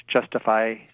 justify